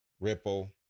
Ripple